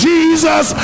Jesus